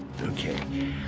Okay